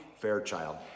Fairchild